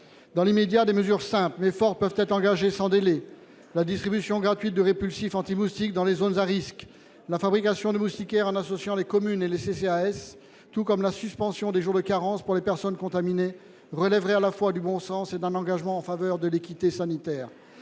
Dans l'immédiat, des mesures simples mais fortes peuvent être engagées sans délai. La distribution gratuite de répulsifs anti-moustiques dans les zones à risque, la fabrication de moustiquaires en associant les communes et les CCAS, tout comme la suspension des jours de carence pour les personnes contaminées, relèverait à la fois du bon sens et d'un engagement en faveur de l'équité sanitaire.